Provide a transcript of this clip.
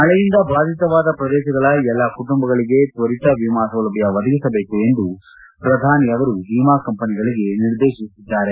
ಮಳೆಯಿಂದ ಬಾಧಿತವಾದ ಪ್ರದೇಶಗಳ ಎಲ್ಲಾ ಕುಟುಂಬಗಳಿಗೆ ತ್ವರಿತ ವಿಮಾ ಸೌಲಭ್ಞ ಒದಗಿಸಬೇಕು ಎಂದು ಪ್ರಧಾನಿ ಅವರು ವಿಮಾ ಕಂಪನಿಗಳಿಗೆ ನಿರ್ದೇಶಿಸಿದ್ದಾರೆ